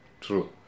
True